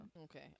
Okay